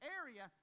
area